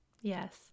Yes